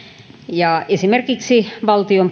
esimerkiksi valtion